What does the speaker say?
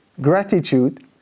Gratitude